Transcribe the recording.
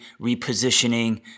repositioning